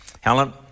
Helen